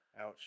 Ouch